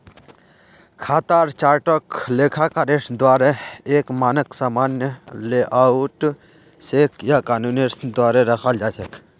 खातार चार्टक लेखाकारेर द्वाअरे एक मानक सामान्य लेआउट स या कानूनेर द्वारे रखाल जा छेक